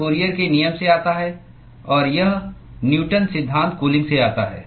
यह फूरियर के नियम से आता है और यह न्यूटन सिद्धांत कूलिंग से आता है